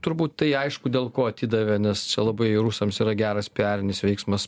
turbūt tai aišku dėl ko atidavė nes čia labai rusams yra geras piarinis veiksmas